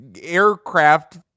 aircraft